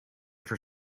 for